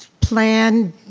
plan,